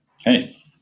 Hey